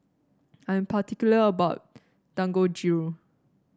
I am particular about Dangojiru